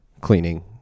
cleaning